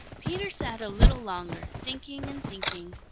peter sat a little longer, thinking and thinking.